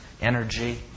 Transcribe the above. energy